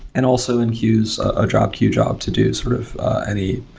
and also in queues a drop queue job to do sort of any,